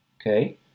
Okay